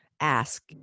ask